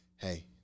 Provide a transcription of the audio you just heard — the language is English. hey